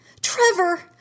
Trevor